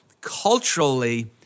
culturally